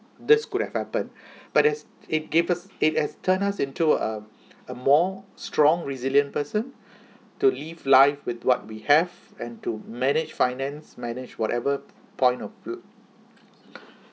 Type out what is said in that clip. this could have happened but as it gave us it as turn us into a a more strong resilient person to live life with what we have and to manage finance manage whatever point of